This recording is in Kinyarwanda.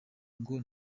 ngo